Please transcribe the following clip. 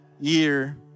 year